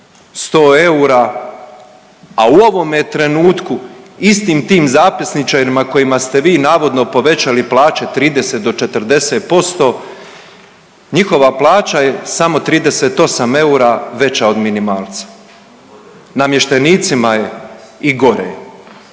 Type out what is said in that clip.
100 eura, a u ovome trenutku istim tim zapisničarima kojima ste vi navodno povećali plaće 30 do 40% njihova plaća je samo 38 eura veća od minimalca. Namještenicima je i gore.